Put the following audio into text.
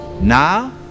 now